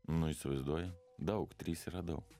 nu įsivaizduoji daug trys yra daug